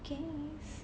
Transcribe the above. okays